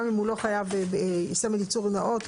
גם אם הוא לא חייב סמל ייצור נאות,